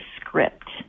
script